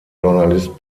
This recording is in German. journalist